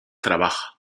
trabaja